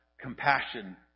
compassion